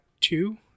two